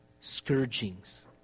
scourgings